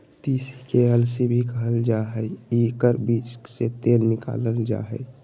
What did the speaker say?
तीसी के अलसी भी कहल जा हइ एकर बीज से तेल निकालल जा हइ